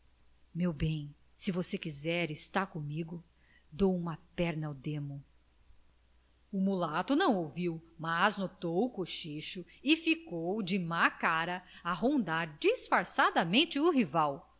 meu bem se você quiser estar comigo dou uma perna ao demo o mulato não ouviu mas notou o cochicho e ficou de má cara a rondar disfarçadamente o rival